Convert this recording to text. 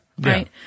right